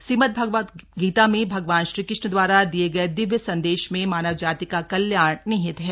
श्रीमदभगवद गीता में भगवान श्रीकृष्ण दवारा दिये गये दिव्य संदेश में मानव जाति का कल्याण निहित है